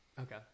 Okay